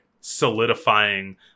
solidifying